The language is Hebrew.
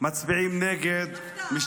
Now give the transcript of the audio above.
מצביעים נגד, הפתעה.